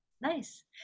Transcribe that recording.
Nice